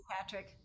Patrick